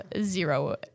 zero